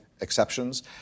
Exceptions